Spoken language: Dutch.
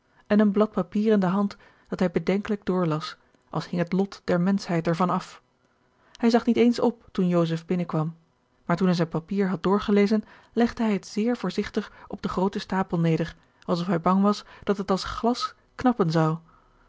en een blad papier in de hand dat hij bedenkelijk doorlas als hing het lot der menschheid er van af hij zag niet eens op toen joseph binnen kwam maar toen hij zijn papier had doorgelezen legde hij het zéér voorzigtig op den grooten stapel neder alsof hij bang was dat het als glas knappen zou